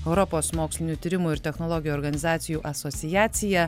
europos mokslinių tyrimų ir technologijų organizacijų asociaciją